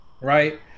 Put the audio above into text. right